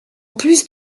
plus